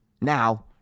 Now